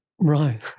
Right